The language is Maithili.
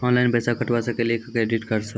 ऑनलाइन पैसा कटवा सकेली का क्रेडिट कार्ड सा?